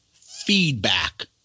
feedback